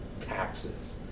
Taxes